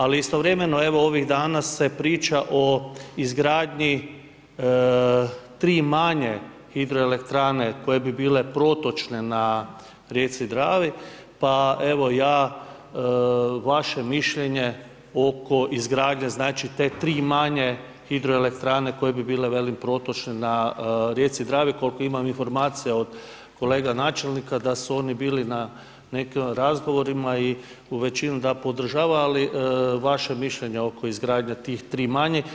Ali, istovremeno, evo, ovih dana se priča o izgradnji 3 manje hidroelektrane koje bi bile protočne na rijeci Dravi, pa evo, ja vaše mišljenje oko izgradnje, znači te 3 manje hidroelektrane koje bi bile velim, protočne na rijeci Dravi, koliko imam informacija od kolega načelnika, da su oni bili na nekim razgovorima i u većini da podržava, ali vaše mišljenje oko izgradnje tih 3 manje.